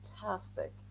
fantastic